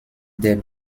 der